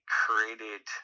created